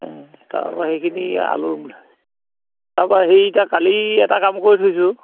তাৰপা সেইখিনি আলুৰ তাৰপা সেই এতিয়া কালি এটা কাম কৰি থৈছোঁ